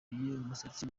umusatsi